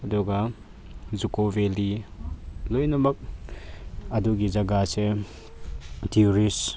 ꯑꯗꯨꯒ ꯖꯨꯀꯣ ꯚꯦꯜꯂꯤ ꯂꯣꯏꯅꯃꯛ ꯑꯗꯨꯒꯤ ꯖꯒꯥꯁꯦ ꯇ꯭ꯌꯨꯔꯤꯁ